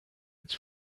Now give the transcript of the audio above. its